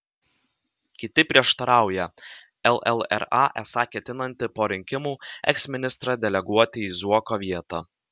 kiti prieštarauja llra esą ketinanti po rinkimų eksministrą deleguoti į zuoko vietą